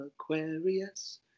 Aquarius